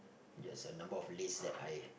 yes a number of list that I